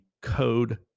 Code